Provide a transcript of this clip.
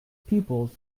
pupils